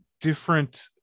different